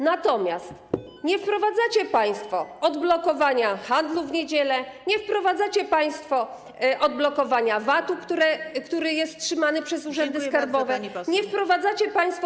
Natomiast nie wprowadzacie państwo odblokowania handlu w niedziele, nie wprowadzacie państwo odblokowania VAT-u, który jest trzymany przez urzędy skarbowe, nie wprowadzacie państwo.